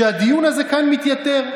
אתה צודק.